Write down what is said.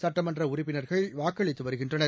சுட்டமன்ற உறுப்பினர்கள் வாக்களித்து வருகின்றனர்